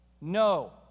No